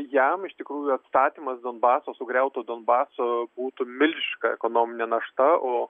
jam iš tikrųjų atstatymas donbaso sugriauto donbaso būtų milžiniška ekonominė našta o